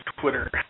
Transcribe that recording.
Twitter